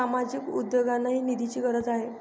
सामाजिक उद्योगांनाही निधीची गरज आहे